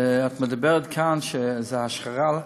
את אומרת כאן שזה השחרה,